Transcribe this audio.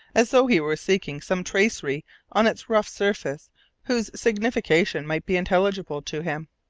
as though he were seeking some tracery on its rough surface whose signification might be intelligible to him.